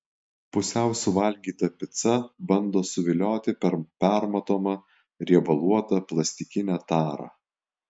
pusiau suvalgyta pica bando suvilioti per permatomą riebaluotą plastikinę tarą